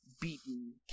beaten